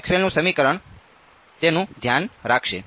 મેક્સવેલનું સમીકરણ તેનું ધ્યાન રાખશે